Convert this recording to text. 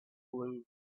blue